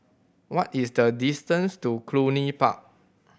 what is the distance to Cluny Park